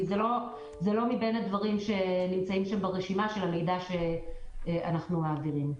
זה לא בין הדברים שנמצאים ברשימת המידע של הדברים שאנחנו מעבירים.